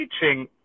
teaching